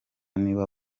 nibo